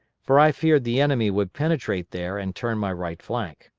for i feared the enemy would penetrate there and turn my right flank.